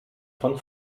von